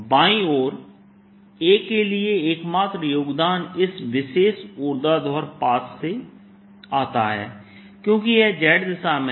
बाएं ओर A के लिए एकमात्र योगदान इस विशेष ऊर्ध्वाधर पथ से आता है क्योंकि यह z दिशा में है